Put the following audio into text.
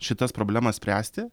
šitas problemas spręsti